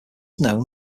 known